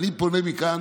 אני פונה מכאן,